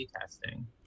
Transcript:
testing